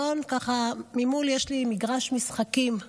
מול החלון יש לי מגרש משחקים,